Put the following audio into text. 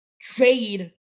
trade